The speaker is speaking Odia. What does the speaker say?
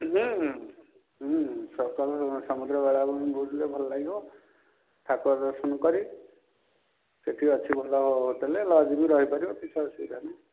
ସକାଳରେ ସମୁଦ୍ର ବେଳାଭୂମି ବୁଲିଲେ ଭଲ ଲାଗିବ ଠାକୁର ଦର୍ଶନ କରି ସେଇଠି ଅଛି ଭଲ ହୋଟେଲ୍ ଲଜ୍ରେ ବି ରହିପାରିବ କିଛି ଅସୁବିଧା ନାହିଁ